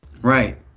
right